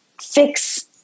fix